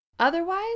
Otherwise